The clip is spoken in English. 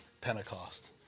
Pentecost